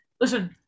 listen